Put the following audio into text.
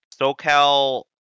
socal